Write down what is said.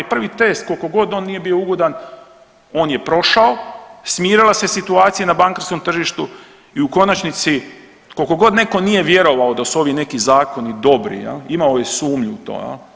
I prvi test koliko god on nije bio ugodan on je prošao, smirila se situacija na bankarskom tržištu i u konačnici koliko god netko nije vjerovao da su ovi neki zakoni dobri imao je sumnju u to.